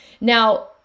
Now